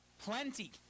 plenty